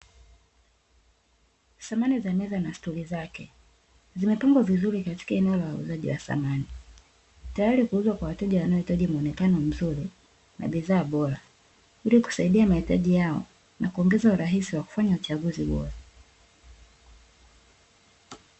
Samani za meza na sturi zake zimepangwa vizuri katika eneo la uuzwaji wa samani, tayari kuuzwa kwa wateja wanaohitaji muonekano mzuri na bidhaa bora ili kusaidia mahitaji yao na kuongeza urahisi wa kufanya uchaguzi bora,